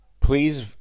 Please